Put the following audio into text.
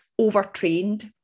Overtrained